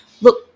look